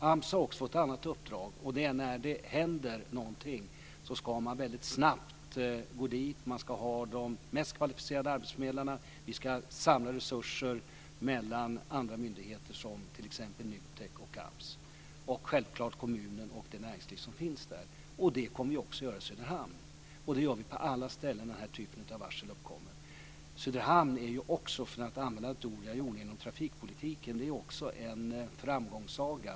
AMS har också fått ett annat uppdrag. Det är att när det händer något ska man agera väldigt snabbt, anlita de mest kvalificerade arbetsförmedlarna och samla resurser mellan andra myndigheter, t.ex. NU TEK och AMS samt självklart kommunen och det näringsliv som finns där. Det kommer också att ske i Söderhamn. Det ska ske på alla ställen där den här typen av varsel uppkommer. Söderhamn är också, för att använda ett ord som jag använde i trafikpolitiken, en framgångssaga.